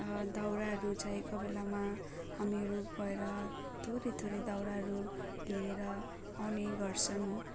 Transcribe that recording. दाउराहरू चाहिएको बेलामा हामीहरू गएर थोरै थोरै दाउराहरू लिएर आउने गर्छन्